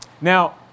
Now